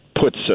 puts